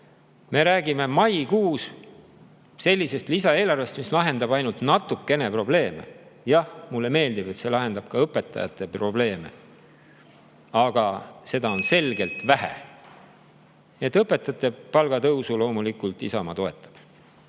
Me räägime maikuus sellisest lisaeelarvest, mis lahendab ainult natukene probleeme. Jah, mulle meeldib, et see lahendab ka õpetajate probleeme. (Juhataja helistab kella.) Aga seda on selgelt vähe. Õpetajate palgatõusu loomulikult Isamaa toetab.